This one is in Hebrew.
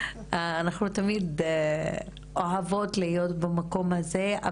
אנחנו תמיד אוהבות להיות במקום הזה,